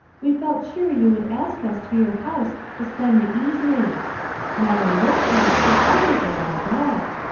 we felt sure you would ask us to your house to spend the evening madam wilcox will always allow that.